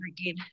again